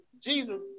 Jesus